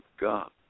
God